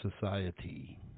society